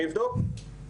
אני אבדוק.